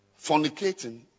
Fornicating